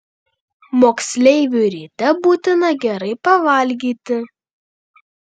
moksleiviui ryte būtina gerai pavalgyti